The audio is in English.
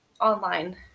online